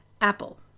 apple